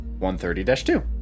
130-2